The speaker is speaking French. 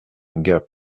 gap